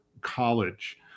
college